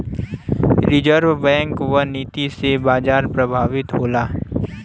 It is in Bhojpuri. रिज़र्व बैंक क नीति से बाजार प्रभावित होला